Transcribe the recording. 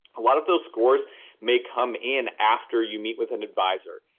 a lot of those scores may come in after you meet with an adviser.